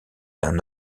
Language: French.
d’un